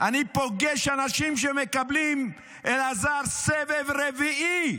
אני פוגש אנשים שמקבלים, אלעזר, סבב רביעי.